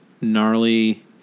gnarly